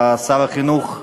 שר החינוך לשעבר,